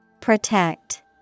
Protect